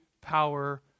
power